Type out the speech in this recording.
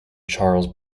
charles